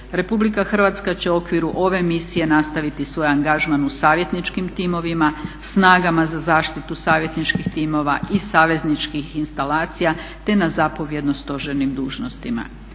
Republika Hrvatska će u okviru ove misije nastaviti svoj angažman u savjetničkim timovima snagama za zaštitu savjetničkih timova i savezničkih instalacija te na zapovjedno stožernim dužnostima.